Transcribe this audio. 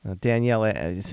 Danielle